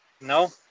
no